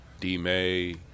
D-May